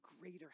greater